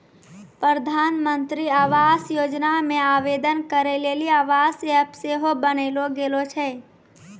प्रधानमन्त्री आवास योजना मे आवेदन करै लेली आवास ऐप सेहो बनैलो गेलो छै